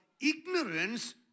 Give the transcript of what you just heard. ignorance